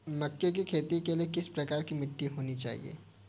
मक्के की खेती के लिए किस प्रकार की मिट्टी होनी चाहिए?